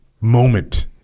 moment